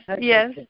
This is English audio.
Yes